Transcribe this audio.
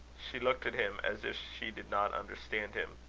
she looked at him as if she did not understand him.